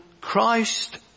Christ